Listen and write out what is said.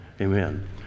amen